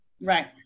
Right